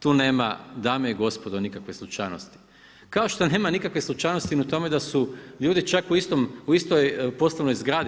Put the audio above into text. Tu nema, dame i gospodo nikakve slučajnosti, kao što nema nikakve slučajnosti ni u tome da su ljudi čak u istoj poslovnoj zgradi.